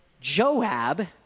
Joab